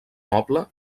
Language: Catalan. noble